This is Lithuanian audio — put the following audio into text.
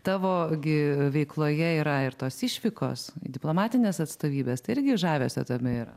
tavo gi veikloje yra ir tos išvykos į diplomatines atstovybes tai irgi žavesio tame yra